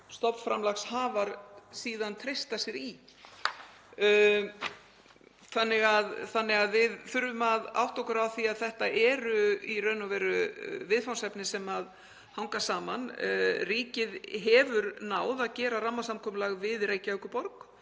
stofnframlagshafar treysta sér síðan í. Við þurfum að átta okkur á því að þetta eru í raun og veru viðfangsefni sem hanga saman. Ríkið hefur náð að gera rammasamkomulag við Reykjavíkurborg